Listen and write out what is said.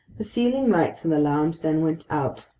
the ceiling lights in the lounge then went out,